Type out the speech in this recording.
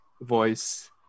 voice